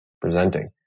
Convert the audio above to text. presenting